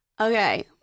Okay